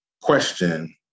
question